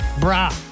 Bra